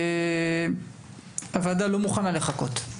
הוועדה לא מוכנה לחכות,